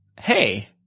hey